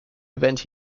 event